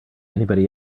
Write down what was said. anybody